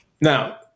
Now